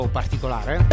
particolare